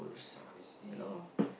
I see